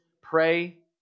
pray